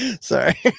Sorry